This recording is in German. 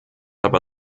aber